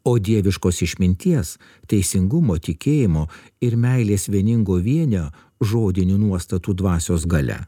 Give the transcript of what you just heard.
o dieviškos išminties teisingumo tikėjimo ir meilės vieningo vienio žodinių nuostatų dvasios galia